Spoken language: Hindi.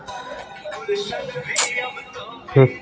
कृषि अर्थशास्त्र किसान को भूमि के अनुकूलतम उपयोग की सलाह देता है